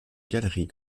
galeries